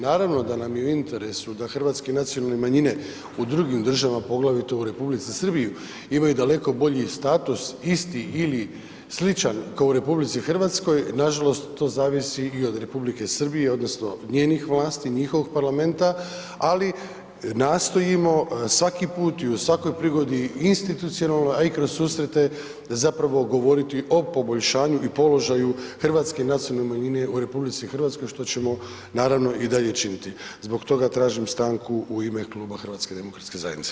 Naravno da nam je u interesu da hrvatske nacionalne manjine u drugim državama poglavito u Republici Srbiji imaju daleko bolji status isti ili sličan kao u RH, nažalost to zavisi i od Republike Srbije odnosno njezin vlasti, njihovog parlamenta, ali nastojimo svaki put i u svakoj prigodi institucionalno a i kroz susrete zapravo govoriti o poboljšanju i položaju hrvatske nacionalne manjine u RH, što ćemo naravno i dalje činiti, zbog toga tražim stanku u ime kluba HDZ-a.